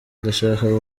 ndashaka